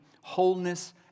wholeness